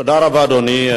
תודה רבה, אדוני.